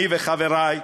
אני וחברי,